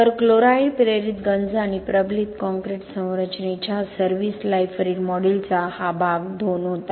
तर क्लोराईड प्रेरित गंज आणि प्रबलित काँक्रीट संरचनेच्या सर्व्हिस लाईफ वरील मॉड्यूलचा हा भाग 2 होता